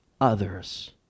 others